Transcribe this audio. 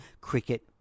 cricket